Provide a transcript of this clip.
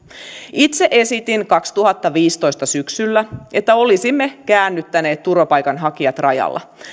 itse esitin kaksituhattaviisitoista syksyllä että olisimme käännyttäneet turvapaikanhakijat rajalla